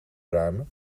ruimen